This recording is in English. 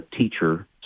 teacher